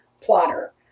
plotter